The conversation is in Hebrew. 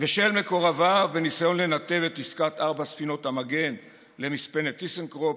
ושל מקורביו בניסיון לנתב את עסקת ארבע ספינות המגן למספנת טיסנקרופ